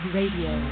Radio